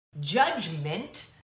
judgment